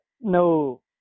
no